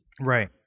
Right